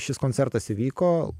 šis koncertas įvyko